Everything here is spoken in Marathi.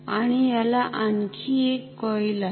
आणि याला आणखी एक कॉईल आहे